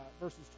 verses